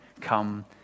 come